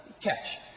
catch